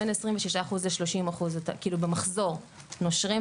בין 26-30% במחזור נושרים,